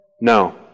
No